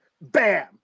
bam